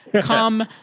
come